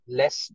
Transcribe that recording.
less